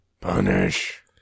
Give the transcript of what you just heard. Punish